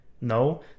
No